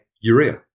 urea